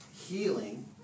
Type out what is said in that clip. healing